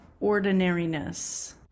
ordinariness